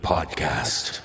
Podcast